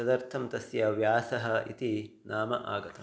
तदर्थं तस्य व्यासः इति नाम आगतं